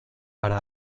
para